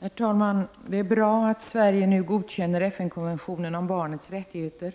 Herr talman! Det är bra att Sverige nu godkänner FNs konvention om barnens rättigheter.